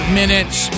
minutes